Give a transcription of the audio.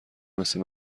مثل